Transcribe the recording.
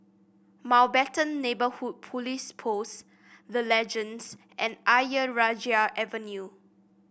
Mountbatten Neighbourhood Police Post The Legends and Ayer Rajah Avenue